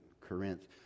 Corinth